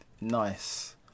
nice